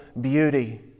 beauty